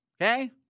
okay